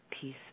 peace